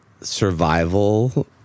survival